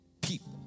people